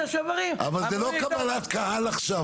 אבל זה לא קבלת קהל עכשיו פה.